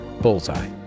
bullseye